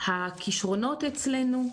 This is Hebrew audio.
הכישרונות אצלנו,